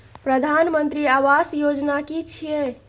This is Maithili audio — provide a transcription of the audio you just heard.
प्रधानमंत्री आवास योजना कि छिए?